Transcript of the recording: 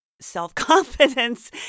self-confidence